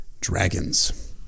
dragons